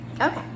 okay